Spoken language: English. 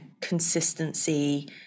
consistency